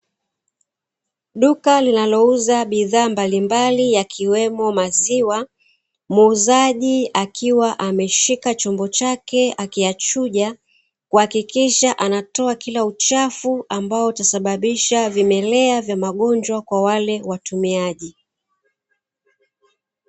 Duka linalouza bidhaa mbalimbali yakiwemo maziwa, muuzaji akiwa ameshika chombo chake akiyachuja, kuhakikisha anatoa kila uchafu ambao utasababisha vimelea vya magonjwa kwa wale watumiaji.